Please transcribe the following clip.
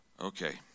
Okay